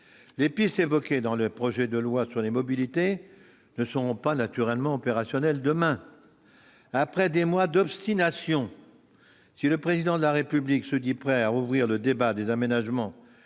Les pistes évoquées dans le projet de loi d'orientation des mobilités ne seront pas opérationnelles demain. Après des mois d'obstination, si le Président de la République se dit prêt à rouvrir le débat sur des aménagements